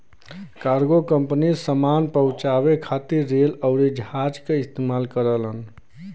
cargo company सामान पहुंचाये खातिर रेल आउर हवाई जहाज क इस्तेमाल करलन